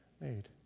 made